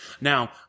Now